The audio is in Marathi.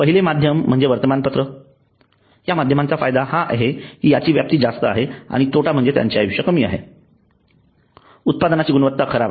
पहिले माध्यम म्हणजे वर्तमानपत्र या माध्यमाचा फायदा हा आहे कि याची व्याप्ती जास्त आहे आणि तोटा म्हणजे त्यांचे आयुष्य कमी आहे उत्पादनाची गुणवत्ता खराब आहे